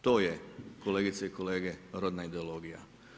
To je kolegice i kolege rodna ideologija.